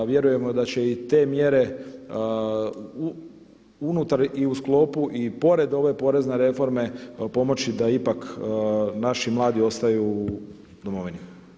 Vjerujemo da će i te mjere unutar i u sklopu i pored ove porezne reforme pomoći da ipak naši mladi ostaju u domovini.